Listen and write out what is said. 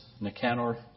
Nicanor